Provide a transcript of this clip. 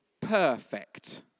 perfect